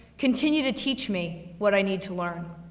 continue to teach me what i need to learn.